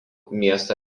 miesto